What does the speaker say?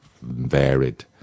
varied